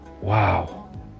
Wow